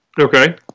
Okay